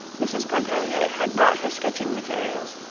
mrs. pontellier had brought her sketching materials,